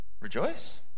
Rejoice